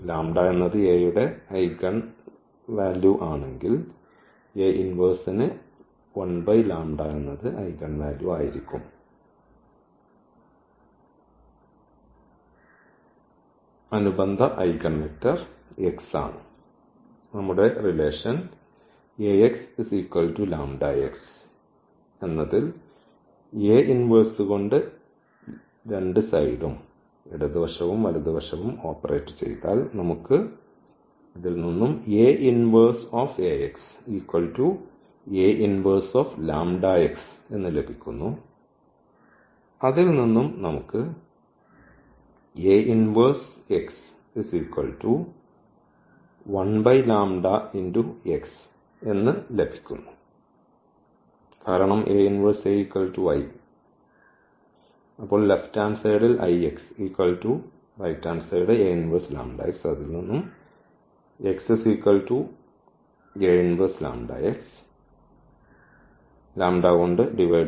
• ന് അത് നില നിൽക്കുന്നുവെങ്കിൽ ഇവിടെ ഐഗൻ വാല്യൂ ആയിരിക്കും അനുബന്ധ ഐഗൻവെക്റ്റർ x ആണ്